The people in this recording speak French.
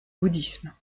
bouddhisme